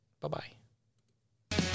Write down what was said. Bye-bye